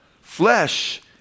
Flesh